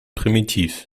primitiv